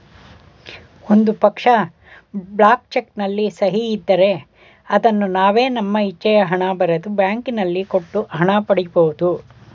ಒಂದು ಪಕ್ಷ, block check ನಲ್ಲಿ ಸಹಿ ಇದ್ದರೆ ಅದನ್ನು ನಾವೇ ನಮ್ಮ ಇಚ್ಛೆಯ ಹಣ ಬರೆದು, ಬ್ಯಾಂಕಿನಲ್ಲಿ ಕೊಟ್ಟು ಹಣ ಪಡಿ ಬಹುದು